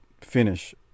finish